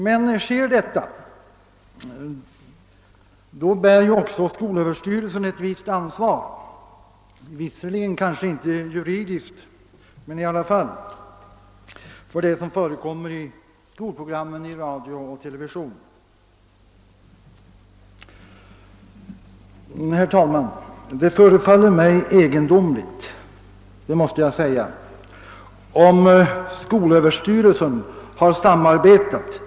Men sker detta, bär ju också skolöverstyrelsen ett visst ansvar, låt vara kanske inte juridiskt, för det som förekommer i skolprogrammen i radio och television. Herr talman! Det förefaller mig egendomligt om skolöverstyrelsen har :samarbetat, t.